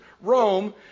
Rome